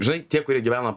žnai tie kurie gyvena